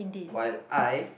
while I